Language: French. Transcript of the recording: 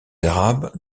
arabes